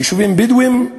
יישובים בדואיים,